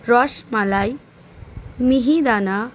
rasmalai মিহিদানা